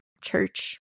church